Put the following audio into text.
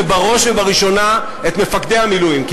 ובראש ובראשונה את מפקדי המילואים,